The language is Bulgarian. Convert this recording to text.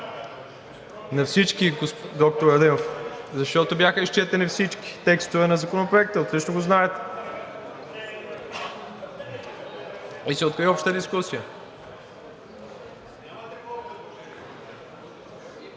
На всички, доктор Адемов, защото бяха изчетени всички текстове на Законопроекта – отлично го знаете, и се откри обща дискусия.